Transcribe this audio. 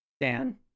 Dan